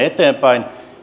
eteenpäin